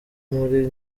muri